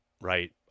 right